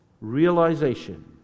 realization